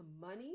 money